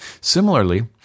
Similarly